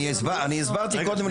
אני הסברתי קודם,